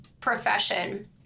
profession